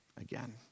again